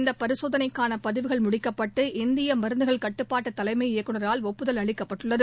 இந்தபரிசோதனைக்கானபதிவுகள் முடிக்கப்பட்டு இந்தியமருந்துகள் கட்டுப்பாட்டுதலைமை இயக்குநரால் ஒப்புதல் அளிக்கப்பட்டுள்ளது